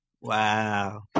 Wow